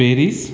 Paris